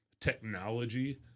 technology